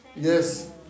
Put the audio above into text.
Yes